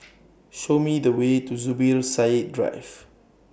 Show Me The Way to Zubir Said Drive